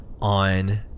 on